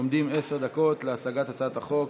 עומדות עשר דקות להצגת הצעת החוק,